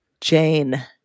Jane